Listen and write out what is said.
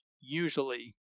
usually